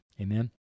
Amen